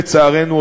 לצערנו,